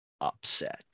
upset